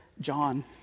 John